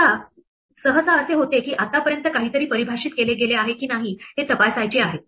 आता सहसा असे होते की आतापर्यंत काहीतरी परिभाषित केले गेले आहे की नाही हे तपासायचे आहे